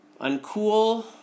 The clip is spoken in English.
uncool